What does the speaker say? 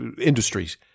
industries